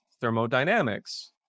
thermodynamics